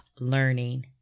learning